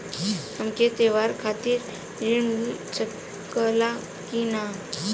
हमके त्योहार खातिर त्रण मिल सकला कि ना?